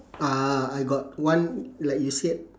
uh I got one like you said